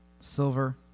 Silver